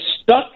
stuck